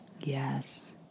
Yes